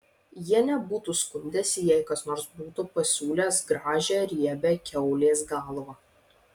jie nebūtų skundęsi jei kas nors būtų pasiūlęs gražią riebią kiaulės galvą